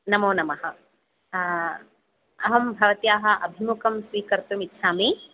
नमो नमः अहं भवत्याः अभिमुखं स्वीकर्तुम् इच्छामि